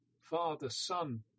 father-son